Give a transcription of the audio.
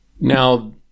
Now